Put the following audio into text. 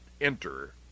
enter